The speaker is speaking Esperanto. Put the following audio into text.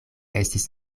estis